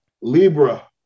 Libra